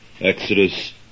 Exodus